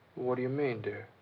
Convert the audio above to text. what do you mean, dear?